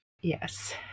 Yes